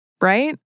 right